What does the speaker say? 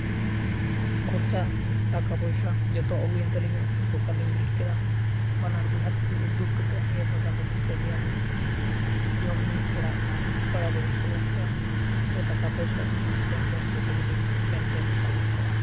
ᱠᱷᱚᱨᱪᱟ ᱴᱟᱠᱟ ᱯᱚᱭᱥᱟ ᱡᱚᱛᱚᱣᱟᱜ ᱦᱩᱭᱮᱱ ᱛᱟᱹᱞᱤᱧᱟ ᱫᱚᱠᱟᱱᱞᱤᱧ ᱵᱤᱨᱤᱫ ᱠᱮᱫᱟ ᱵᱟᱱᱟᱨ ᱵᱚᱭᱦᱟ ᱛᱮᱜᱮ ᱩᱫᱽᱫᱳᱜᱽ ᱠᱟᱛᱮᱫ ᱱᱚᱣᱟ ᱵᱟᱜᱟᱱ ᱨᱮᱞᱤᱧ ᱠᱟᱹᱢᱤᱭᱟᱞᱤᱧ ᱡᱚᱢᱼᱧᱩ ᱚᱲᱟᱜ ᱨᱮᱱᱟᱜ ᱥᱚᱢᱚᱥᱥᱟ ᱡᱷᱚᱛᱚ ᱴᱟᱠᱟ ᱯᱚᱭᱥᱟ ᱨᱮᱱᱟᱜ ᱞᱮᱱᱫᱮᱱ ᱡᱚᱛᱚ ᱜᱮᱞᱤᱧ ᱢᱮᱱᱴᱮᱱ ᱫᱷᱟᱪᱟᱜ ᱠᱟᱱ ᱛᱟᱦᱮᱱᱚᱜᱼᱟ